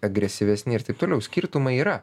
agresyvesni ir taip toliau skirtumai yra